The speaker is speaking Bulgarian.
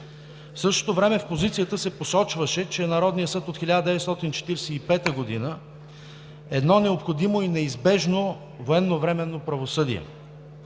В същото време в позицията се посочваше, че Народният съд от 1945 г. е едно необходимо и неизбежно военновременно правосъдие.